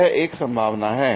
यह एक संभावना है